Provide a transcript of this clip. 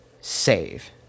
save